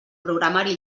programari